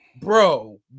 bro